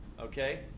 okay